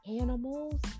animals